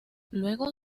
luego